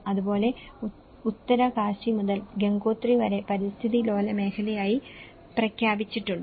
അതുപോലെ ഉത്തരകാശി മുതൽ ഗംഗോത്രി വരെ പരിസ്ഥിതിലോല മേഖലയായി പ്രഖ്യാപിച്ചിട്ടുണ്ട്